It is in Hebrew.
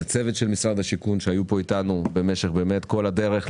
לצוות של משרד השיכון שהיו פה איתנו במשך באמת כל הדרך,